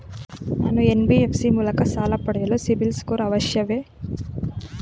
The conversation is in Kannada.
ನಾನು ಎನ್.ಬಿ.ಎಫ್.ಸಿ ಮೂಲಕ ಸಾಲ ಪಡೆಯಲು ಸಿಬಿಲ್ ಸ್ಕೋರ್ ಅವಶ್ಯವೇ?